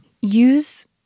use